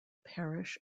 parish